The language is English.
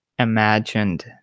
imagined